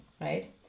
right